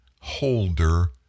holder